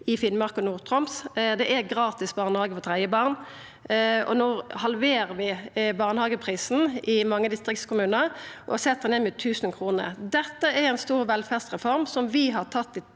i Finnmark og Nord-Troms, det er gratis barnehage for tredje barn, og no halverer vi barnehageprisen i mange distriktskommunar og set han ned med 1 000 kr. Dette er ei stor velferdsreform, som vi har